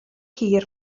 hir